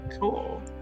Cool